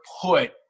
put